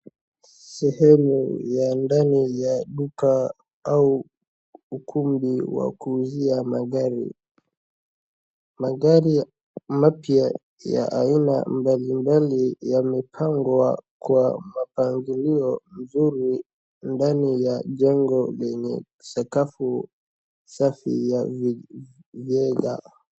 Sehemu ya ndani ya duka au ukumbi wa kuuzia magari. Magari mapya ya aina mbalimbali yamepangwa kwa mapangilio mzuri ndani ya jengo lenye sakafu safi ya vigae.